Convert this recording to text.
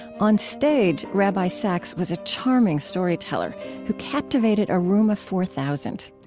on stage, rabbi sacks was a charming storyteller who captivated a room of four thousand.